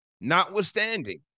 Notwithstanding